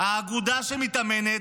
האגודה שמתאמנת.